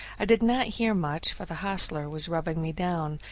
i did not hear much, for the hostler was rubbing me down,